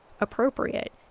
appropriate